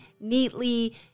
neatly